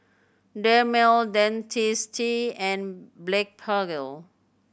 Dermale Dentiste and Blephagel